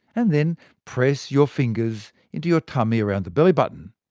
and then press your fingers into your tummy around the bellybutton.